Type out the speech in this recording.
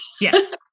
yes